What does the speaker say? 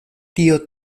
tio